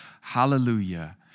Hallelujah